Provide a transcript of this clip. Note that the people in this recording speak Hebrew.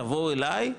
תבוא אליי,